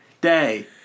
day